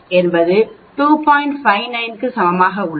59 சமமாக இருக்கும்